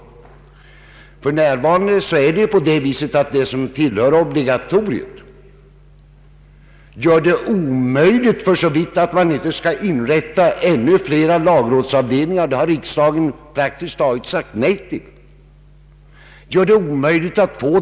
För närvarande är det på det viset att det praktiskt taget är omöjligt att få den granskning som man skulle vilja ha, för så vitt man inte skulle inrätta ännu fler lagrådsavdelningar, och det har riksdagen praktiskt taget sagt nej till.